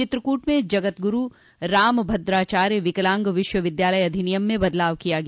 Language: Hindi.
चित्रकूट में जगत गुरू रामभद्राचार्य विकलांग विश्वविद्यालय अधिनियम में बदलाव किया गया